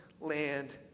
land